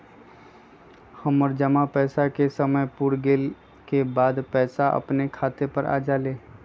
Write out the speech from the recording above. हमर जमा पैसा के समय पुर गेल के बाद पैसा अपने खाता पर आ जाले?